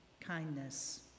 kindness